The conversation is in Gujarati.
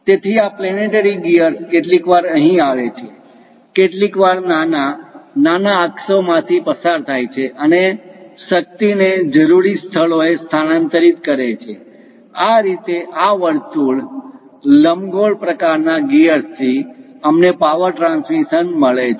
તેથી આ પ્લેનેટરી ગીઅર્સ કેટલીકવાર અહીં આવે છે કેટલીકવાર નાના નાના અક્ષો માંથી પસાર થાય છે અને શક્તિ ને જરૂરી સ્થળોએ સ્થાનાંતરિત કરે છે આ રીતે આ વર્તુળ લંબગોળ પ્રકારના ગિયર્સ થી અમને પાવર ટ્રાન્સમિશન મળે છે